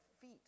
feet